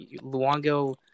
Luongo